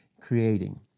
creating